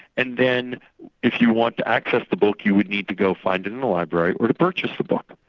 and then if you want to access the book, you would need to go find it in the library or to purchase the book,